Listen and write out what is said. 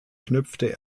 knüpfte